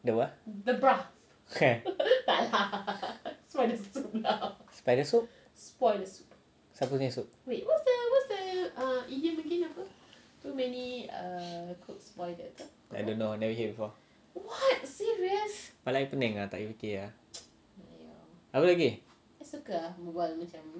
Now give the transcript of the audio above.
the what spoil the soup siapa punya soup I don't know never hear before kepala I pening ah tak boleh fikir ah